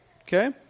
Okay